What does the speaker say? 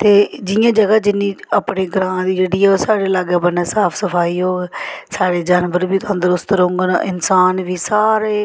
ते जि'यां जगह जिन्नी अपने ग्रांऽ दी जेह्ड़ी ऐ ओह् साढ़े लागै बन्नै साफ सफाई होग साढ़े जानवर बी तंदरुस्त रौह्ङन इंसान बी सारे